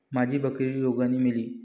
माझी बकरी रोगाने मेली